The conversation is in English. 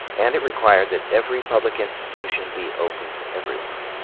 and it required that every public institution be open to everyone.